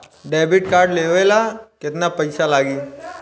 Debit card लेवे ला केतना पईसा लागी?